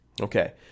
Okay